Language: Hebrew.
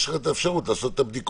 יש לך את האפשרות לעשות את הבדיקות,